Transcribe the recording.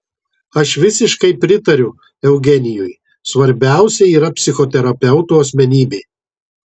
aš visiškai pritariu eugenijui svarbiausia yra psichoterapeuto asmenybė